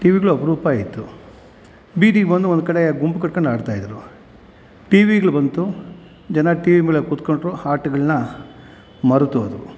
ಟಿವಿಗಳು ಅಪರೂಪ ಇತ್ತು ಬೀದಿಗೆ ಬಂದು ಒಂದು ಕಡೆ ಗುಂಪು ಕಟ್ಕೊಂಡು ಆಡ್ತಾಯಿದ್ರು ಟಿವಿಗಳು ಬಂತು ಜನ ಟಿವಿ ಮುಂದೆ ಕೂತ್ಕೊಂಡ್ರು ಆಟಗಳನ್ನ ಮರ್ತು ಹೋದರು